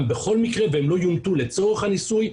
בכל מקרה והם לא יומתו לצורך הניסוי.